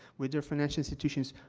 with their financial institutions,